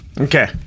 Okay